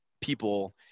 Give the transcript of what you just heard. people